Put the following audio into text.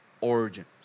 Origins